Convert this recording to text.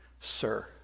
sir